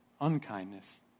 unkindness